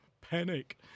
panic